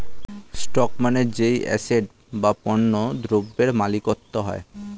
stock মানে যেই asset বা পণ্য দ্রব্যের মালিকত্ব হয়